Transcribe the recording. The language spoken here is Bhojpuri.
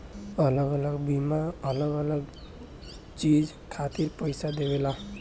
अलग अलग बीमा अलग अलग चीज खातिर पईसा देवेला